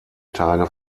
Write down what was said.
tage